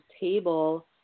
table